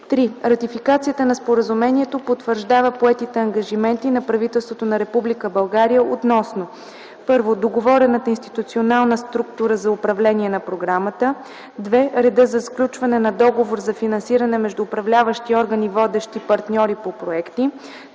III. Ратификацията на Споразумението потвърждава поетите ангажименти на правителството на Република България относно: 1. договорената институционална структура за управление на програмата; 2. реда за сключването на договор за финансиране между Управляващия орган и водещи партньори по проекти;